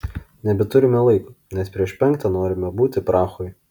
nebeturime laiko nes prieš penktą norime būti prahoj